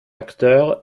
acteur